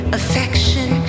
affection